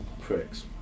Pricks